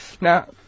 Now